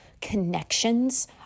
connections